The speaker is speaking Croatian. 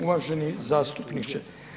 Uvaženi zastupniče.